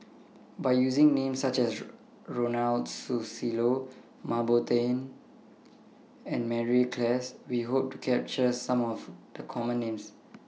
By using Names such as Ronald Susilo Mah Bow Tan and Mary Klass We Hope to capture Some of The Common Names